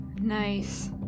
Nice